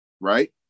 right